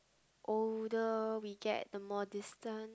older we get the more distance